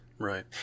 Right